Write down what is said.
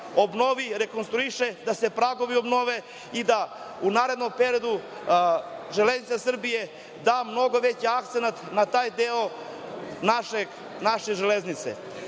da se pragovi obnove i da u narednom periodu Železnica Srbije da mnogo veći akcenat na taj deo naše železnice. Zato